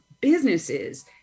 businesses